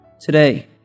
Today